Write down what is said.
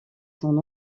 son